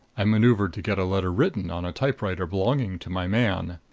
i maneuvered to get a letter written on a typewriter belonging to my man.